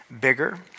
bigger